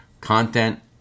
content